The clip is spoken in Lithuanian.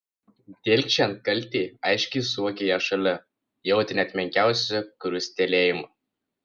dilgčiojant kaltei aiškiai suvokė ją šalia jautė net menkiausią krustelėjimą